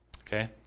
Okay